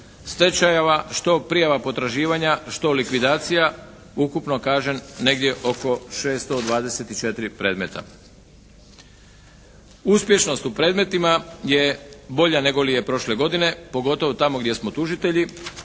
stečajeva, što prijava potraživanja, što likvidacija ukupno kažem negdje oko 624 predmeta. Uspješnost u predmetima je bolja nego li je prošle godine, pogotovo tamo gdje smo tužitelji.